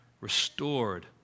restored